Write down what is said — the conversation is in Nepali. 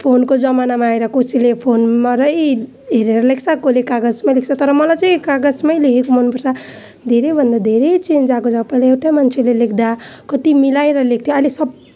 फोनको जमानामा आएर कसैले फोनबाटै हेरेर लेख्छ कसले कागजमै लेख्छ तर मलाई चाहिँ कागजमै लेखेको मन पर्छ धेरैभन्दा धेरै चेन्ज आएको छ पहिला एउटै मान्छेले लेख्दा कति मिलाएर लेख्थ्यो अहिले सब